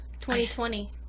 2020